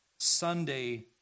Sunday